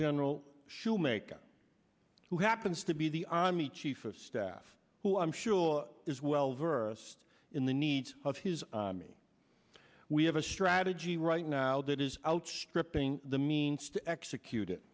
general schoomaker who happens to be the army chief of staff who i'm sure is well versed in the needs of his me we have a strategy right now that is outstripping the means to execute it